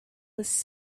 was